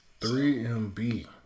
3MB